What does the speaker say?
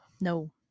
No